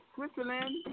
Switzerland